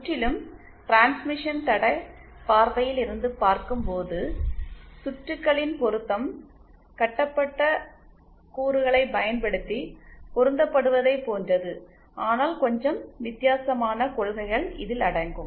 முற்றிலும் டிரான்ஸ்மிஷன் தட பார்வையில் இருந்து பார்க்கும்போது சுற்றுகளின் பொருத்தம் கட்டப்பட்ட கூறுகளைப் பயன்படுத்தி பொருத்தப்படுவதைப் போன்றது ஆனால் கொஞ்சம் வித்தியாசமான கொள்கைகள் இதில் அடங்கும்